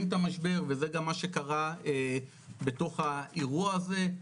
את המשבר וזה גם מה שקרה בתוך האירוע הזה.